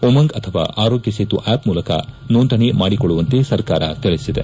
ಉಮಂಗ್ ಅಥವಾ ಅರೋಗ್ಯ ಸೇತು ಅಪ್ ಮೂಲಕ ನೋಂದಣ ಮಾಡಿಕೊಳ್ಳುವಂತೆ ಸರ್ಕಾರ ತಿಳಿಸಿದೆ